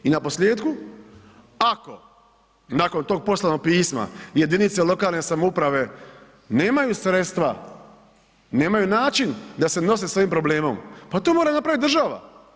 I naposljetku, ako nakon tog poslanog pisma jedinice lokalne samouprave nemaju sredstva, nemaju način da se nose s ovim problemom, pa to mora napravit država.